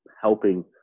helping